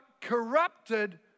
corrupted